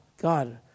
God